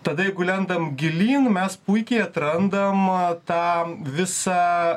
tada jeigu lendam gilyn mes puikiai atrandam tą visą